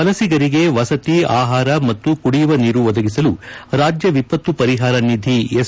ವಲಸಿಗರಿಗೆ ವಸತಿ ಆಹಾರ ಮತ್ತು ಕುಡಿಯುವ ನೀರು ಒದಗಿಸಲು ರಾಜ್ಯ ವಿಪತ್ತು ಪರಿಹಾರ ನಿಧಿ ಎಸ್